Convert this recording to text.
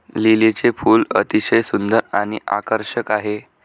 लिलीचे फूल अतिशय सुंदर आणि आकर्षक आहे